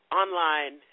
online